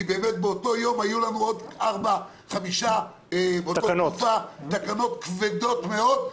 שבאמת באותה תקופה היו לנו עוד 5-4 תקנות כבדות מאוד,